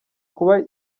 kuba